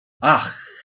ach